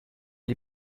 les